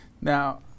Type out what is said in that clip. now